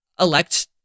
elect